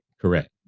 Correct